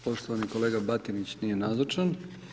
Poštovani kolega Batinić nije nazočan.